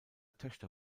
töchter